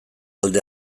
alde